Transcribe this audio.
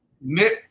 Nip